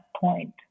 point